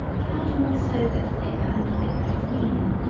count more so that thicker and thicker is leaning.